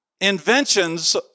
Inventions